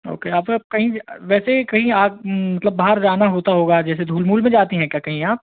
okay आप अप कहीं भी वैसे ही कहीं आप मतलब बाहर ज़ाना होता होगा जैसे धूल मूल में जाती हैं क्या कहीं आप